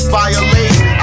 Violate